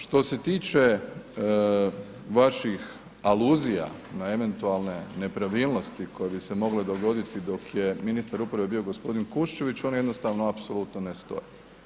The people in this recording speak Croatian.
Što se tiče vaših aluzija na eventualne nepravilnosti koje bi se mogle dogoditi dok je ministar uprave bio g. Kuščević, one jednostavno apsolutno ne stoje.